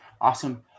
Awesome